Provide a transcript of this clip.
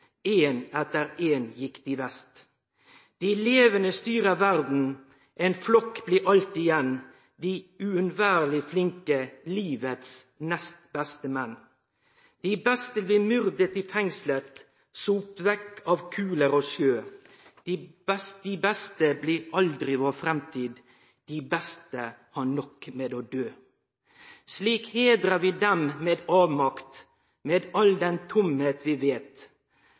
en etter en gikk de vest. De levende styrer verden; en flokk blir alltid igjen, de uunnværlige flinke, livets nestbeste menn. De beste blir myrdet i fengslet, sopt vekk av kuler og sjø. De beste blir aldri vår fremtid. De beste har nok med å dø. Slik hedrer vi dem, med avmakt, med all den tomhet vi vet,